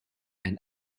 and